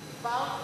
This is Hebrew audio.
היא מחליפה אותה?